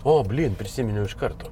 o blyn prisiminiau iš karto